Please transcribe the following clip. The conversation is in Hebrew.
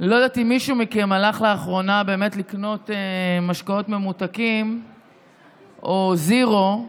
לא יודעת אם מישהו מכם הלך לאחרונה לקנות משקאות ממותקים או זירו,